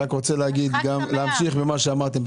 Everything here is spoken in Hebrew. אז אני רק רוצה להמשיך עם מה שאמרתם,